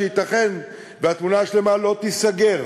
וייתכן שהתמונה השלמה לא תיסגר.